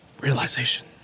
realization